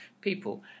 people